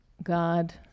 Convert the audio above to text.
god